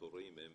והתורים הם